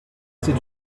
c’est